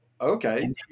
okay